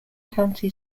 county